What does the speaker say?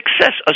success